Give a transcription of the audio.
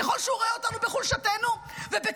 ככל שהוא רואה אותנו בחולשתנו ובכאבנו,